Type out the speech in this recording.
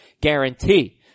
guarantee